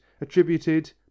attributed